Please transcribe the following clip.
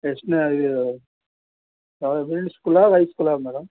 ಎಷ್ಟನೇ ಯಾವ್ದು ಮಿಡ್ಲ್ ಸ್ಕೂಲಾ ಐ ಸ್ಕೂಲಾ ಮೇಡಮ್